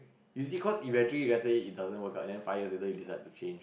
is it cause eventually if let say it doesn't work out then five years later you decide to change